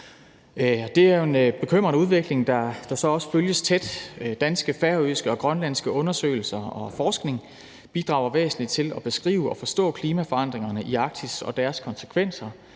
Det er jo en bekymrende udvikling, der så også følges tæt, og danske, grønlandske og færøske undersøgelser og forskning bidrager væsentligt til at beskrive og forstå klimaforandringerne i Arktis og deres konsekvenser